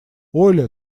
оля